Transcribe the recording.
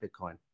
Bitcoin